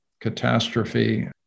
catastrophe